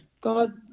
God